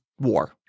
war